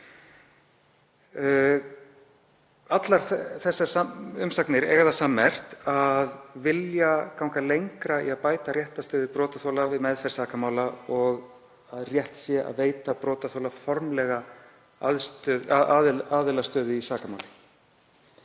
Þessar umsagnir eiga það sammerkt að vilja ganga lengra í að bæta réttarstöðu brotaþola við meðferð sakamála og telja að rétt sé að veita brotaþolum formlega aðilastöðu í sakamáli.